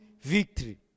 victory